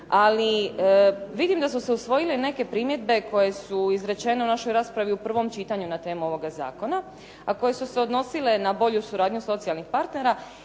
ali vidim da su se usvojile neke primjedbe koje su izrečene u našoj raspravi u prvom čitanju na temu ovoga zakona, a koje su se odnosile na bolju suradnju socijalnih partnera.